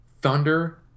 Thunder